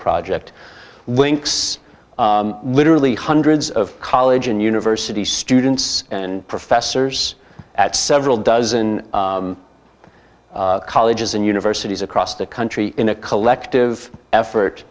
project winks literally hundreds of college and university students and professors at several dozen colleges and universities across the country in a collective effort